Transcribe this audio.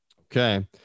Okay